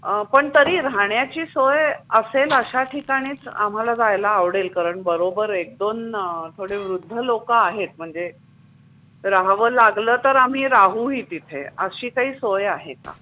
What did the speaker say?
पण तरी राहण्याची सोय असेल अशा ठिकाणीच आम्हाला जायला आवडेल कारण बरोबर एक दोन थोडे वृद्ध लोकं आहेत म्हणजे राहावं लागलं तर आम्ही राहूही तिथे अशी काही सोय आहे का